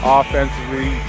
offensively